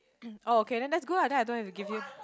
oh can that's good lah then I don't have to give you